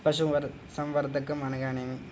పశుసంవర్ధకం అనగానేమి?